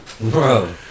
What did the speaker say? Bro